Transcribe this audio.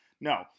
No